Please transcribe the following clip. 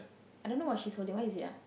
I don't know what she's holding what is it ah